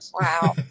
Wow